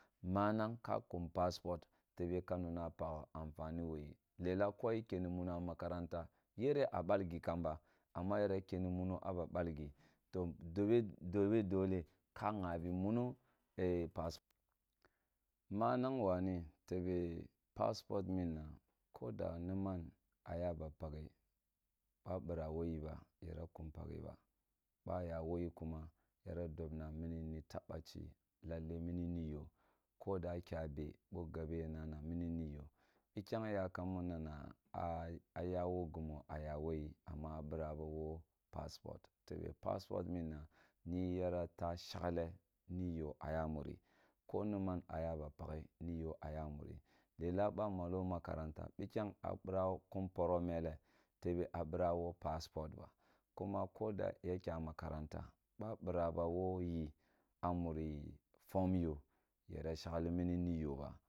Manang ka kum paspot tebe ka nangha pakha anfani wo yi lela ko ya kyani muno a makaranta yere a bal gi kamba amma yara keni muno a ba balge to dobe dobe dole ka ghabo monu pas manang wane tebe paspot munna ko da niman a ya ba pakhe ba bira wp yi ba yara kum pakhe ba ba ya woyi kuma yara dobna mun, ni tabbaci lalle muni ni yo koda a kya be bo gabe ya nana mini mi yo nikyang yakam munana a yawo gumu a yawo yi minna niyi yara taa shagle ni yo aya muri yara taas shagle ni yo a ya muri koni man a yaba pakhe ni yo a ya muri lela boa malo makaranta bikyang a bira wo paspot ba kuma ko da ya kya makaranta ba bira ba wo yi a muni fom yo yara shegli mini ni yo ba